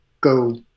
go